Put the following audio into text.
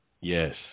Yes